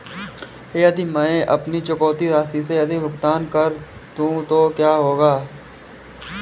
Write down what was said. यदि मैं अपनी चुकौती राशि से अधिक भुगतान कर दूं तो क्या होगा?